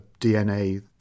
DNA